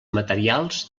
materials